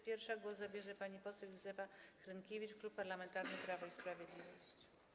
Pierwsza głos zabierze pani poseł Józefa Hrynkiewicz, Klub Parlamentarny Prawo i Sprawiedliwość.